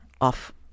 off